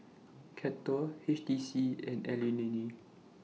Kettle H T C and Anlene